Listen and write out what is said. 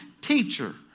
teacher